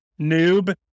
noob